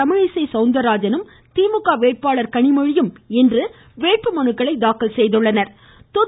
தமிழிசை சவுந்தர்ராஜனும் திமுக வேட்பாளர் கனிமொழியும் இன்று வேட்புமனுக்களை தாக்கல் செய்தனர்